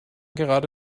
gerade